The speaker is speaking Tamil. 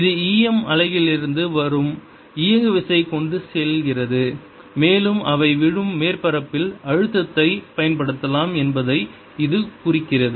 இது e m அலைகளிலிருந்து வரும் இயங்குவிசை கொண்டு செல்கிறது மேலும் அவை விழும் மேற்பரப்பில் அழுத்தத்தைப் பயன்படுத்தலாம் என்பதை இது குறிக்கிறது